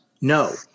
No